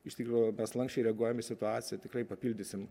iš tikro mes lanksčiai reaguojam į situaciją tikrai papildysim